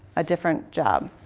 a different job.